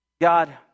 God